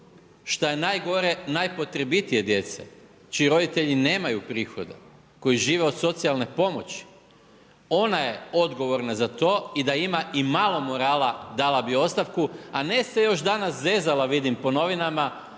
što je najgore, najpotrebitije djece, čiji roditelji nemaju prihoda, koji žive od socijalne pomoći. Ona je odgovorna za to i da ima i malo morala dala bi ostavku, a ne se još danas zezala vidim, po novinama